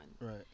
right